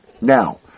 Now